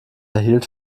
erhielt